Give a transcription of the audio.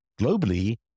globally